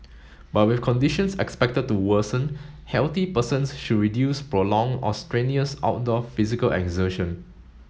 but with conditions expected to worsen healthy persons should reduce prolonged or strenuous outdoor physical exertion